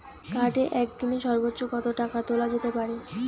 কার্ডে একদিনে সর্বোচ্চ কত টাকা তোলা যেতে পারে?